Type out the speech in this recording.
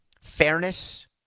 fairness